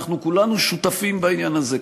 אנחנו כולנו שותפים בעניין הזה,